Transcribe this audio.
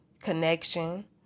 Connection